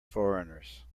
foreigners